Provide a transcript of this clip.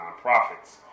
nonprofits